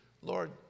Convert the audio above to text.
Lord